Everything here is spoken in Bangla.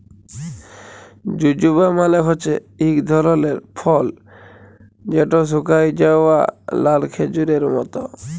জুজুবা মালে হছে ইক ধরলের ফল যেট শুকাঁয় যাউয়া লাল খেজুরের মত